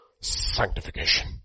sanctification